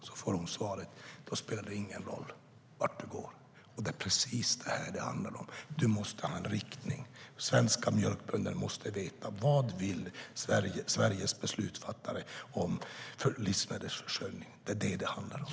Hon får svaret: Då spelar det ingen roll vart du går. Det är precis vad det handlar om. Du måste ha en riktning. Svenska mjölkbönder måste veta: Vad vill Sveriges beslutsfattare ha för livsmedelsförsörjning? Det är vad det handlar om.